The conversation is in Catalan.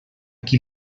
qui